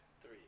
three